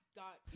got